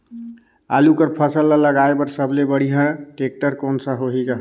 आलू कर फसल ल लगाय बर सबले बढ़िया टेक्टर कोन सा होही ग?